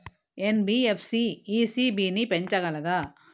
NBFC ECB ని పెంచగలదా?